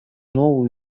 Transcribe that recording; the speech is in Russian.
новую